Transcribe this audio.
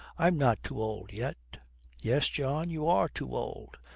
i'm not too old yet yes, john, you are too old,